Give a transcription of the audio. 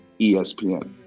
ESPN